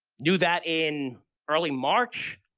knew that in early march.